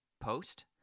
post